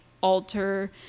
alter